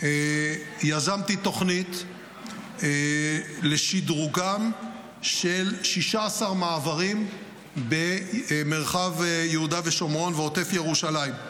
יזמתי תוכנית לשדרוגם של 16 מעברים במרחב יהודה ושומרון ובעוטף ירושלים.